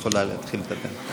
חברתי יכולה להתחיל לדבר.